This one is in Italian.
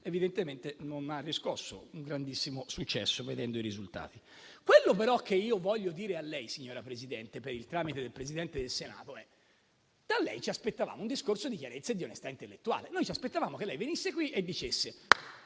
evidentemente non ha riscosso un grandissimo successo, vedendo i risultati. Quello però che voglio dire a lei, signora Presidente, per il tramite del Presidente del Senato, è che da lei ci aspettavamo un discorso di chiarezza e di onestà intellettuale. Ci aspettavamo che lei venisse qui e dicesse: